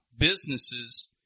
businesses